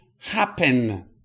happen